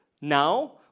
now